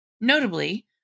Notably